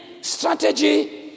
strategy